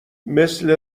مثل